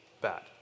bad